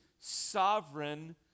sovereign